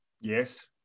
Yes